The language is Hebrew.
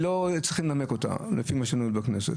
לא צריך לנמק אותה לפי מה שנהוג בכנסת.